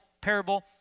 parable